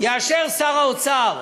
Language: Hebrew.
יאשר שר האוצר